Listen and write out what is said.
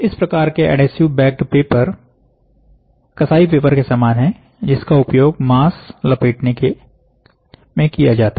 इस प्रकार के एडहेसिव बैक्ड़ पेपर कसाई पेपर के समान है जिसका उपयोग मांस लपेटने में किया जाता है